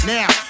Now